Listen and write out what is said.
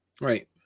right